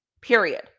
Period